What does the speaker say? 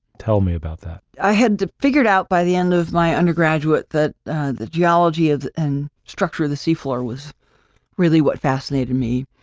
tell me about that. i had to figure it out by the end of my undergraduate that the geology and structure the sea floor was really what fascinated me.